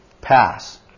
pass